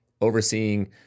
overseeing